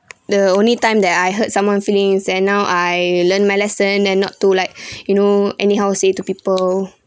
the only time that I hurt someone feelings then now I learn my lesson and not to like you know anyhow say to people